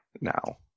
now